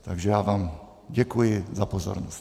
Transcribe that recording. Takže vám děkuji za pozornost.